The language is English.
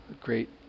great